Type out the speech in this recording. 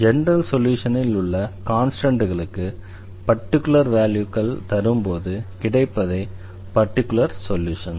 general சொல்யூஷனில் உள்ள கான்ஸ்டண்ட்களுக்கு பர்டிகுலர் வேல்யூக்கள் தரும்போது கிடைப்பதே பர்டிகுலர் சொல்யூஷன்